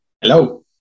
Hello